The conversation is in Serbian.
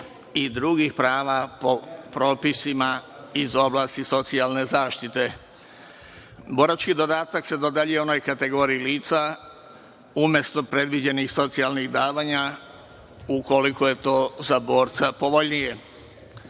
i drugih prava po propisima iz oblasti socijalne zaštite. Borački dodatak se dodeljuje onoj kategoriji lica umesto predviđenih socijalnih davanja ukoliko je to za borca povoljnije.